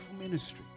ministry